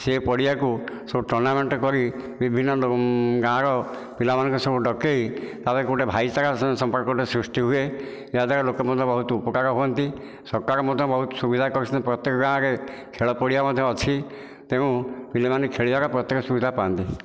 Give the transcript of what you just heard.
ସେ ପଡ଼ିଆକୁ ସବୁ ଟଣାବାଣ୍ଟ କରି ବିଭିନ୍ନ ଗାଁର ପିଲାମାନଙ୍କୁ ସବୁ ଡକେଇ ତାପରେ ଗୋଟିଏ ଭାଇଚାରା ସମ୍ପର୍କଟିଏ ସୃଷ୍ଟି ହୁଏ ଏହାଦ୍ଵାରା ଲୋକମାନେ ବହୁତ ଉପକାର ହୁଅନ୍ତି ସରକାର ମଧ୍ୟ ବହୁତ ସୁବିଧା କରିଛନ୍ତି ପ୍ରତ୍ୟେକ ଗାଁରେ ଖେଳପଡ଼ିଆ ମଧ୍ୟ ଅଛି ତେଣୁ ପିଲାମାନେ ଖେଳିବାର ପ୍ରତ୍ୟକ ସୁବିଧା ପାଆନ୍ତି